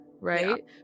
right